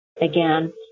again